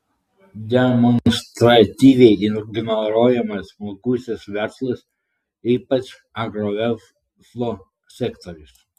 demonstratyviai ignoruojamas smulkusis verslas ypač agroverslo sektorius